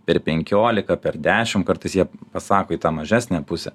per penkiolika per dešim kartais jie pasako į tą mažesnę pusę